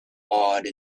awed